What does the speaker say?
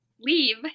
leave